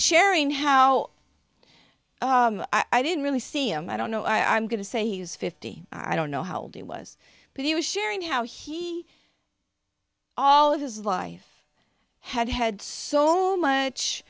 sharing how i didn't really see i'm i don't know i'm going to say he's fifty i don't know how old he was but he was sharing how he all of his life had had so much